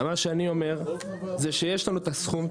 מה שאני אומר זה שיש לנו את הסכום,